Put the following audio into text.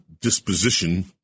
disposition